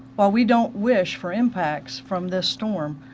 while we don't wish for impacts from this storm,